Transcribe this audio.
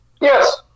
Yes